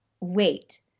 wait